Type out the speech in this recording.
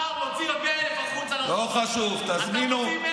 אתה מחר מוציא עוד 100,000 החוצה לרחובות.